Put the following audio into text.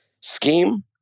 scheme